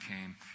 came